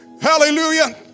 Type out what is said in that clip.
Hallelujah